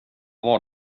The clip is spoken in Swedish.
var